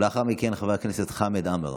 לאחר מכן, חבר הכנסת חמד עמאר.